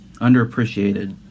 underappreciated